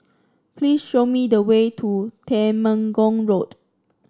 please show me the way to Temenggong Road